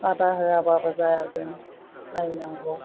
बादा होयाबाबो जाया जों रायनांगौ